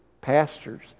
pastors